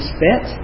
fit